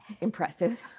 Impressive